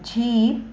zip